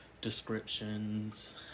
descriptions